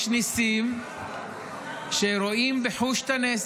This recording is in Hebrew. יש ניסים שרואים בחוש את הנס: